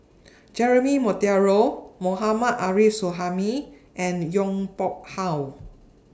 Jeremy Monteiro Mohammad Arif Suhaimi and Yong Pung How